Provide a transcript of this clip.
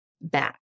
back